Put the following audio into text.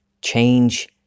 Change